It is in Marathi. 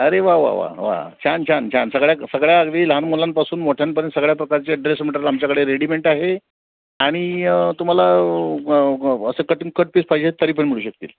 अरे वा वा वा वा छान छान छान सगळ्या सगळ्या अगदी लहान मुलांपासून मोठ्यांपासून सगळ्या प्रकारचे ड्रेस मट्रेल आमच्याकडे रेडीमेट आहे आणि तुम्हाला असं कटिंग कट पीस पाहिजेत तरी पण मिळू शकतील